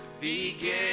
began